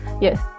Yes